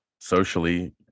socially